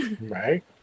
right